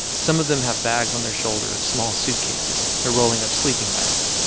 some of them have bags on their shoulders, small suitcases. they're rolling up sleeping bags.